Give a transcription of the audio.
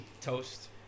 Toast